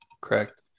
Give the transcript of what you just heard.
Correct